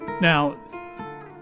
Now